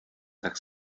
tak